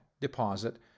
deposit